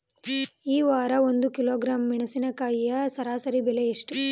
ಈ ವಾರ ಒಂದು ಕಿಲೋಗ್ರಾಂ ಮೆಣಸಿನಕಾಯಿಯ ಸರಾಸರಿ ಬೆಲೆ ಎಷ್ಟು?